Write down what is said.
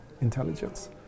intelligence